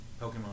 Pokemon